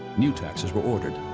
new taxes were ordered.